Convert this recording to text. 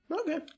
Okay